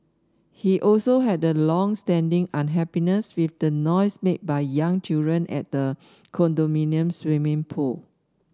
he also had a long standing unhappiness with the noise made by young children at the condominium's swimming pool